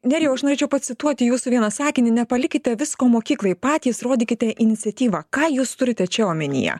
nerijau aš norėčiau pacituoti jūsų vieną sakinį nepalikite visko mokyklai patys rodykite iniciatyvą ką jūs turite čia omenyje